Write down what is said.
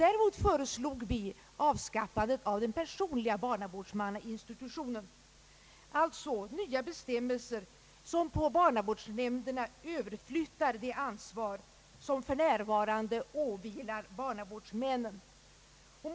Däremot föreslog vi avskaffandet av den personliga barnavårdsmannainstitutionen, alltså nya bestämmelser som på barnavårdsnämnderna överflyttar det ansvar som f.n. åvilar barnavårdsmännen.